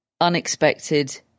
unexpected